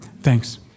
Thanks